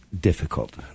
difficult